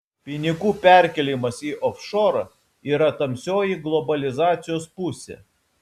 pinigų perkėlimas į ofšorą yra tamsioji globalizacijos pusė